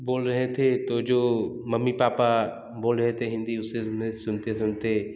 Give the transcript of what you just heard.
बोल रहे थे तो जो मम्मी पापा बोल रहे थे हिंदी उसे नै सुनते सुनते